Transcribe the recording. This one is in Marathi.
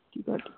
ठीक आहे